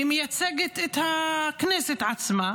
היא מייצגת את הכנסת עצמה,